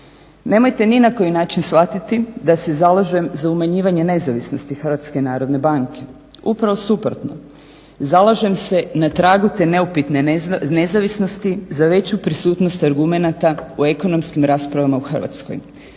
Nemojte ni na koji način shvatiti da se zalažem za umanjivanje nezavisnosti HNB-a, upravo suprotno zalažem se na tragu te neupitne nezavisnosti za veću prisutnost argumenata u ekonomskim raspravama u Hrvatskoj